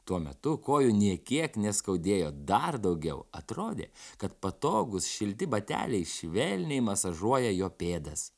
tuo metu kojų nė kiek neskaudėjo dar daugiau atrodė kad patogūs šilti bateliai švelniai masažuoja jo pėdas